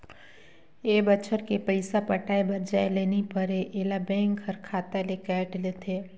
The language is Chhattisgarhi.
ए बच्छर के पइसा पटाये बर जाये ले नई परे ऐला बेंक हर खाता ले कायट लेथे